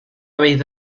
habéis